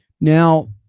now